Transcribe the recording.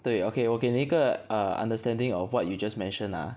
对 okay 我给一个 uh understanding of what you just mentioned ah